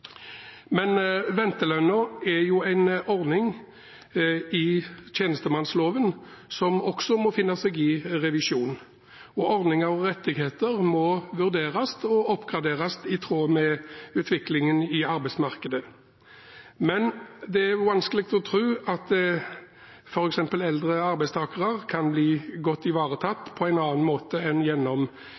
Men ventelønna er en ordning i tjenestemannsloven som også må finne seg i revisjon, og ordninger og rettigheter må vurderes og oppgraderes i tråd med utviklingen i arbeidsmarkedet. Men det er vanskelig å tro at f.eks. eldre arbeidstakere kan bli godt ivaretatt på en annen måte enn gjennom